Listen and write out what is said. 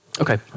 Okay